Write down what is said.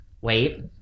wait